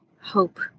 hope